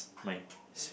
my s~